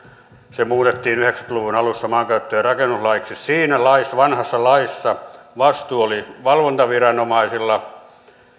se muutettiin yhdeksänkymmentä luvun alussa maankäyttö ja rakennuslaiksi niin siinä laissa vanhassa laissa vastuu oli valvontaviranomaisilla